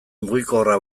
mugikorra